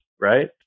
right